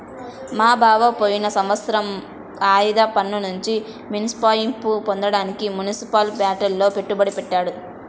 మా బావ పోయిన సంవత్సరం ఆదాయ పన్నునుంచి మినహాయింపు పొందడానికి మునిసిపల్ బాండ్లల్లో పెట్టుబడి పెట్టాడు